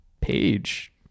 Page